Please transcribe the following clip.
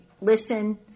listen